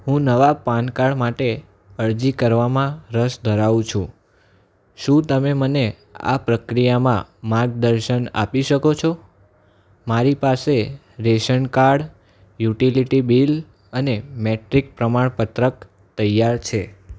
હું નવાં PAN card માટે અરજી કરવામાં રસ ધરાવું છું શું તમે મને આ પ્રક્રિયામાં માર્ગદર્શન આપી શકો છો મારી પાસે રેશનકાર્ડ યુટિલિટી બિલ અને મેટ્રિક પ્રમાણપત્રક તૈયાર છે